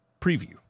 preview